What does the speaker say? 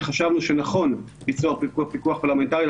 חשבנו שנכון ליצור פיקוח פרלמנטרי.